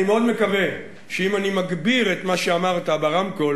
אני מאוד מקווה שאם אני מגביר את מה שאמרת ברמקול